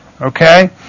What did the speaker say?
Okay